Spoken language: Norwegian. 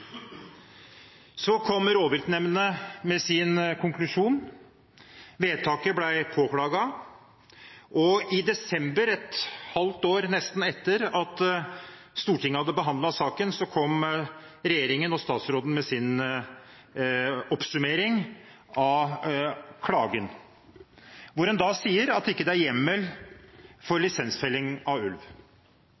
Så kom rovviltnemndene med sin konklusjon. Vedtaket ble påklaget, og i desember – nesten et halvt år etter at Stortinget hadde behandlet saken – kom regjeringen og statsråden med sin oppsummering av klagen. Man sa da at det ikke er hjemmel for